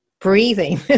breathing